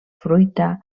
fruita